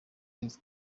live